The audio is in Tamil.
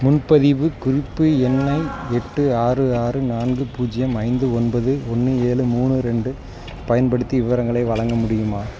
முன்பதிவுக் குறிப்பு எண்ணை எட்டு ஆறு ஆறு நான்கு பூஜ்ஜியம் ஐந்து ஒன்பது ஒன்று ஏழு மூணு ரெண்டு பயன்படுத்தி விவரங்களை வழங்க முடியுமா